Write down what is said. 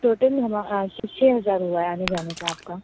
total چھ ہزار ہوا ہے آنے جانے کا آپ کا